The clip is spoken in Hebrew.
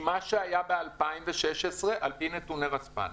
על פי נתוני רספ"ן.